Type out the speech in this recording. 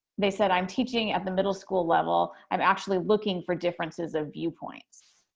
they said i'm teaching at the middle school level i'm actually looking for differences of viewpoints,